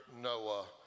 Noah